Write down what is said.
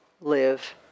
live